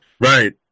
Right